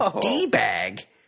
D-bag